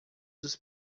dos